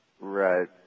Right